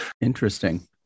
Interesting